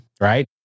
right